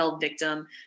victim